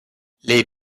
les